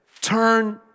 turn